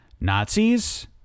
Nazis